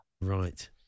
Right